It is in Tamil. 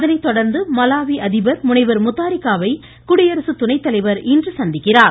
அதனை தொடர்ந்து மலாவி அதிபர் முனைவர் முத்தாரிகாவை குடியரசு துணை தலைவர் இன்று சந்திக்க உள்ளார்